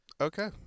Okay